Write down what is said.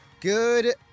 good